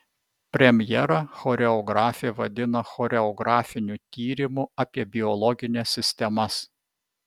premjerą choreografė vadina choreografiniu tyrimu apie biologines sistemas